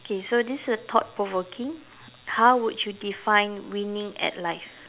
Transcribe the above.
okay so this is a thought provoking how would you define winning at life